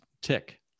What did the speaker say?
tick